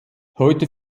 heute